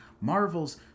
Marvel's